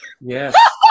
Yes